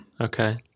Okay